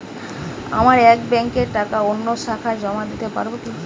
আমার এক ব্যাঙ্কের টাকা অন্য শাখায় জমা দিতে পারব কি?